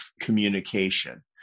communication